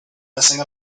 messing